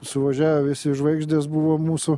suvažiavę visi žvaigždės buvo mūsų